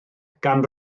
gan